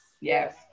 Yes